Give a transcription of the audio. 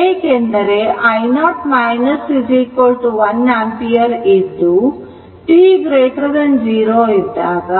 ಏಕೆಂದರೆ i0 1 ampere ಇದ್ದು t0 ಇದ್ದಾಗ